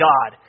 God